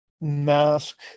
Mask